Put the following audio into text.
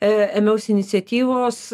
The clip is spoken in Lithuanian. ėmiausi iniciatyvos